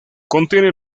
contiene